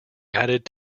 added